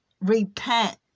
repent